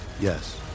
Yes